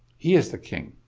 he is the king.